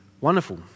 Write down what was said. wonderful